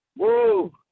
Whoa